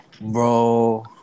Bro